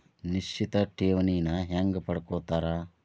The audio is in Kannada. ನಿಶ್ಚಿತ್ ಠೇವಣಿನ ಹೆಂಗ ಪಡ್ಕೋತಾರ